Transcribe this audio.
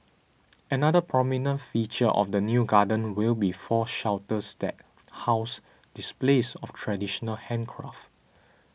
another prominent feature of the new garden will be four shelters that house displays of traditional handicraft